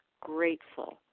grateful